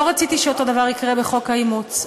לא רציתי שאותו דבר יקרה בחוק האימוץ.